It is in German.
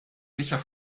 sicher